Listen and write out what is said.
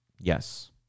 Yes